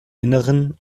innern